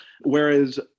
Whereas